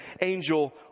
angel